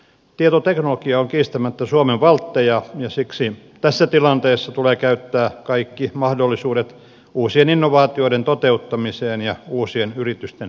tietoteknologia on kiistämättä suomen valtteja ja siksi tässä tilanteessa tulee käyttää kaikki mahdollisuudet uusien innovaatioiden toteuttamiseen ja uusien yritysten perustamiseen